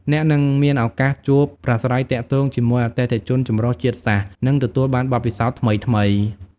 អ្នកនឹងមានឱកាសជួបប្រាស្រ័យទាក់ទងជាមួយអតិថិជនចម្រុះជាតិសាសន៍ និងទទួលបានបទពិសោធន៍ថ្មីៗ។